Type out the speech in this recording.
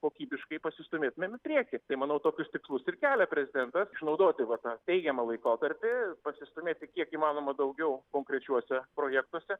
kokybiškai pasistūmėtumėm į priekį tai manau tokius tikslus ir kelia prezidentas išnaudoti va tą teigiamą laikotarpį pasistūmėti kiek įmanoma daugiau konkrečiuose projektuose